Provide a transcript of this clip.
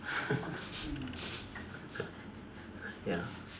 ya